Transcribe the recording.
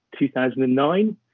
2009